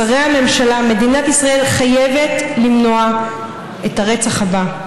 שרי הממשלה: מדינת ישראל חייבת למנוע את הרצח הבא.